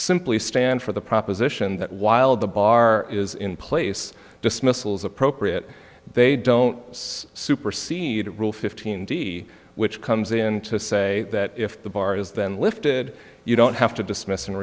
simply stand for the proposition that while the bar is in place dismissals appropriate they don't supersede rule fifteen d which comes in to say that if the bar is then lifted you don't have to dismiss an